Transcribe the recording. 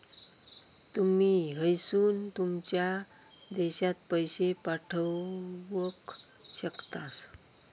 तुमी हयसून तुमच्या देशात पैशे पाठवक शकता